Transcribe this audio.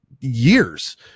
years